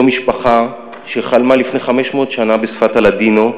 זו משפחה שחלמה לפני 500 שנה בשפת הלדינו,